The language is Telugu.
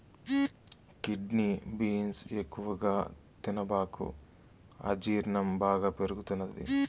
కిడ్నీ బీన్స్ ఎక్కువగా తినబాకు అజీర్ణం బాగా పెరుగుతది